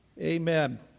Amen